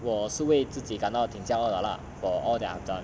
我是为自己感到廷骄傲的 lah for all that I've done